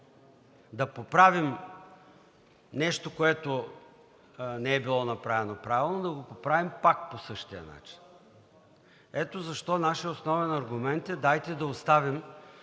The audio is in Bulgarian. да поправим нещо, което не е било направено правилно, да го поправим пак по същия начин. Ето защо нашият основен аргумент е: дайте да оставим